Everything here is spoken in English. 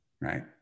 right